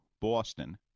Boston